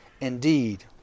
indeed